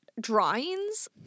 drawings